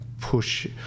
push